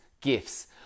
Gifts